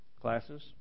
classes